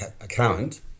account